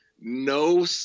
no